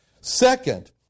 Second